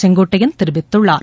செங்கோட்டையன் தெரிவித்தள்ளார்